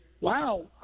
wow